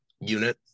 unit